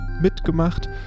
mitgemacht